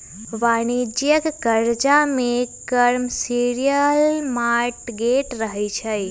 वाणिज्यिक करजा में कमर्शियल मॉर्टगेज रहै छइ